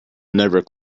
never